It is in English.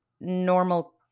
normal